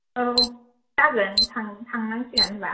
औ जागोन थांनांसिगोन होमब्ला